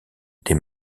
des